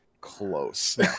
close